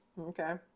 Okay